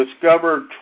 discovered